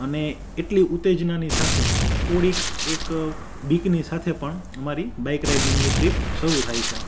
અને એટલી ઉત્તેજનાની સાથે થોડીક એક બીકની સાથે પણ અમારી બાઈક રાઈડિંગની ટ્રીપ શરૂ થાય છે